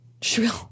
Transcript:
Shrill